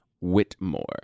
Whitmore